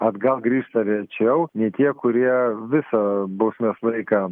atgal grįžta rečiau nei tie kurie visą bausmės laiką